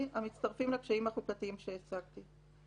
המצטרפים לקשיים החוקתיים שהצגתי.